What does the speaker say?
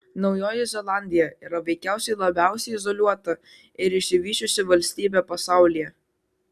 naujoji zelandija yra veikiausiai labiausiai izoliuota ir išsivysčiusi valstybė pasaulyje